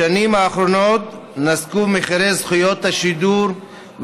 בשנים האחרונות נסקו מחירי זכויות השידור,